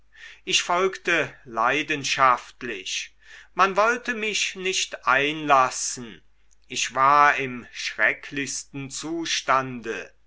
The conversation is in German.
ich folgte leidenschaftlich man wollte mich nicht einlassen ich war im schrecklichsten zustande